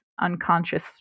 unconscious